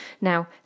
Now